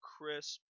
crisp